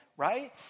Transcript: right